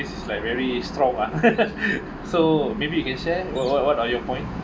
this is like very strong ah so maybe you can share what what what are your point